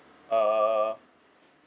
err